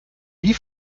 wie